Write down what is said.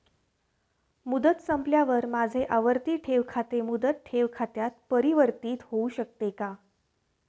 मुदत संपल्यावर माझे आवर्ती ठेव खाते मुदत ठेव खात्यात परिवर्तीत होऊ शकते का?